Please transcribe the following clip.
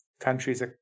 countries